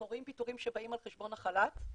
אנחנו רואים פיטורים שבאים על חשבון החל"ת,